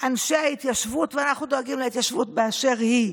אנשי ההתיישבות, אנחנו דואגים להתיישבות באשר היא,